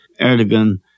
Erdogan